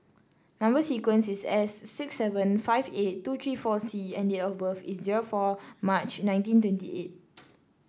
number sequence is S six seven five eight two three four C and date of birth is zero four March nineteen twenty eight